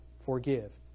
forgive